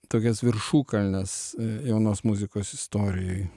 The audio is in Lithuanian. tokias viršukalnes jaunos muzikos istorijoj